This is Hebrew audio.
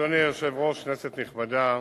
אדוני היושב-ראש, כנסת נכבדה,